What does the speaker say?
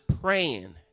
praying